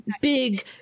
big